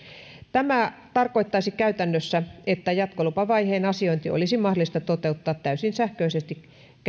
tämä tarkoittaisi käytännössä että jatkolupavaiheen asiointi olisi mahdollista toteuttaa täysin sähköisesti